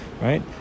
Right